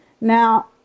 Now